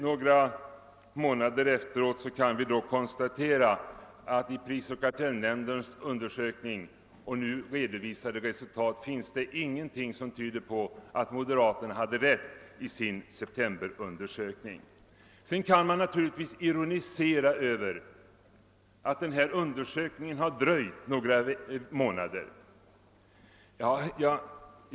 Några månader efteråt kan vi konstatera att i prisoch kartellnämndens undersökning ingenting tyder på att moderaterna hade rätt i sin septemberundersökning. Sedan kan man naturligtvis ironisera över att den här undersökningen dröjt några månader.